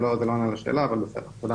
זה לא עונה לשאלה אבל בסדר, תודה.